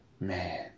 Man